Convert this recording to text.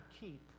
keep